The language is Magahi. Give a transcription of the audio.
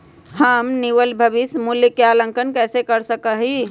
हम निवल भविष्य मूल्य के आंकलन कैसे कर सका ही?